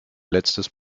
letztes